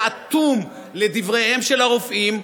היה אטום לדבריהם של הרופאים,